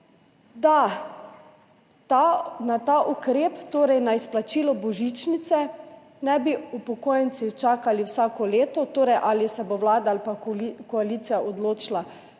da na ta ukrep, torej na izplačilo božičnice, ne bi upokojenci čakali vsako leto, ali se bo vlada ali pa koalicija odločila,